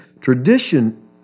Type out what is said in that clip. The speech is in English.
Tradition